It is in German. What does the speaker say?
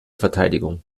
verteidigung